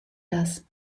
das